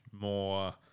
more